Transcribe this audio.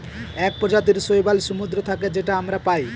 এক প্রজাতির শৈবাল সমুদ্রে থাকে যেটা আমরা পায়